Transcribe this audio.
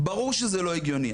ברור שזה לא הגיוני.